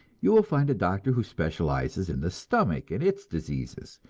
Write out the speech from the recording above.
you will find a doctor who specializes in the stomach and its diseases,